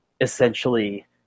essentially